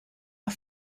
auf